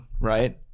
right